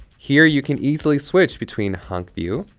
here you can easily switch between hunk view,